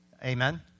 amen